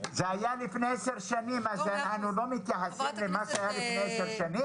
שזה היה לפני עשר שנים אז אנחנו לא מתייחסים למה שהיה לפני עשר שנים?